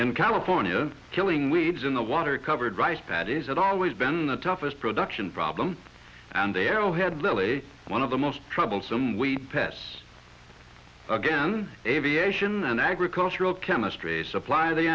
in california killing weeds in the water covered rice paddies it always been the toughest production problem and the arrowhead lay one of the most troublesome we pests again aviation and agricultural chemistry supply the